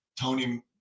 Tony